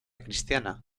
cristiana